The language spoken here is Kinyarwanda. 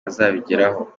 bazabigeraho